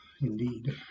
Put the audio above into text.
indeed